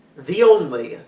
the only,